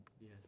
Yes